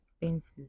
expenses